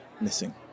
missing